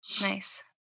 Nice